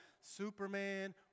Superman